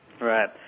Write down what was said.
Right